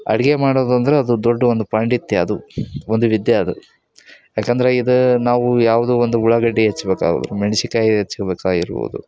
ಅಡುಗೆ ಮಾಡೋದಂದರೆ ಅದು ದೊಡ್ಡ ಒಂದು ಪಾಂಡಿತ್ಯ ಅದು ಒಂದು ವಿದ್ಯೆ ಅದು ಯಾಕಂದರೆ ಇದು ನಾವು ಯಾವುದೋ ಒಂದು ಉಳ್ಳಾಗಡ್ಡಿ ಹೆಚ್ಚಬೇಕಾದ್ರು ಮೆಣ್ಸಿಕಾಯಿ ಹೆಚ್ಕೋಬೇಕಾಗಿರ್ಬೋದು